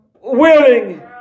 willing